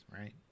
right